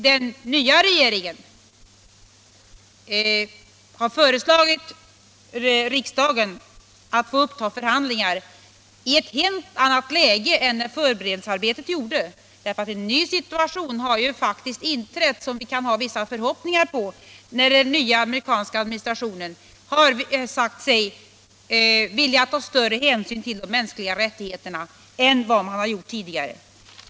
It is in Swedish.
Den nya regeringen har föreslagit riksdagen att få uppta förhandlingar i ett helt annat läge än när förberedelsearbetet gjordes. En ny situation har faktiskt inträtt som vi kan ha vissa förhoppningar om, när den nya amerikanska administrationen har sagt sig vilja ta större hänsyn till de mänskliga rättigheterna än man har gjort tidigare.